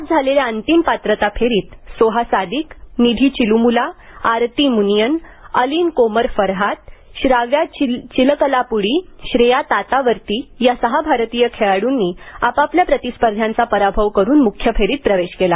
आज झालेल्या अंतिम पात्रता फेरीत सोहा सादिक निधी चिल्रमुला आरती मुनियन अलीन कोमर फरहात श्राव्या चिलकलाप्डी श्रेया तातावर्ती या सहा भारतीय खेळाडूंनी आपापल्या प्रतिस्पर्ध्यांचा पराभव करून मुख्य फेरीत प्रवेश केला